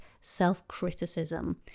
self-criticism